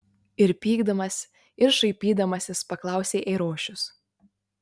ir pykdamas ir šaipydamasis paklausė eirošius